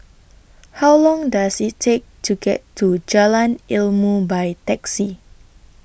How Long Does IT Take to get to Jalan Ilmu By Taxi